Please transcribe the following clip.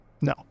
No